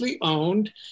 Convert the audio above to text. owned